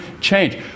change